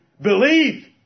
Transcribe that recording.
believe